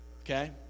Okay